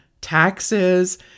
taxes